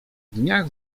dniach